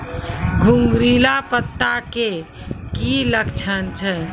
घुंगरीला पत्ता के की लक्छण छै?